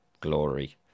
glory